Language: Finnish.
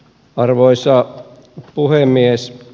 arvoisa puhemies